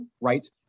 right